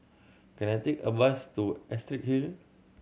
can I take a bus to Astrid Hill